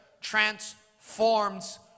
transforms